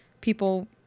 people